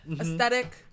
aesthetic